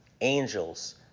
angels